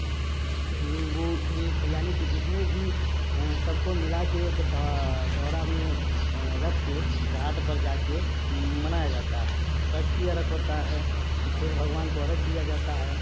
नींबू ईख यानी कि जितने भी सबको मिला के एक दौरा में रखकर घाट पर जाकर मनाया जाता है संझकी अर्घ्य होता है सूर्य भगवान को अर्घ्य दिया जाता है